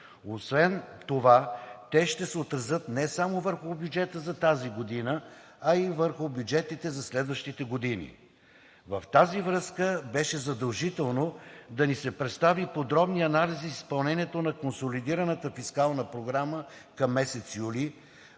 Освен това те ще се отразят не само върху бюджета за тази година, а и върху бюджетите за следващите години. В тази връзка беше задължително да ни се представят подробни анализи за изпълнението на консолидираната фискална програма към месец юли,